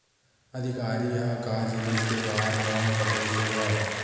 अधिकारी ह का जिनिस के बार म बतईस हे गा?